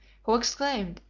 who exclaimed,